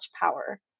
power